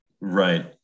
Right